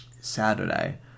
Saturday